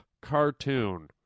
cartoon